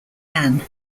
ann